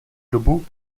dobu